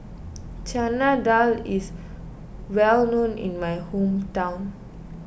Chana Dal is well known in my hometown